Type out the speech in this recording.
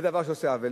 וזה דבר שעושה עוול.